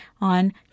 on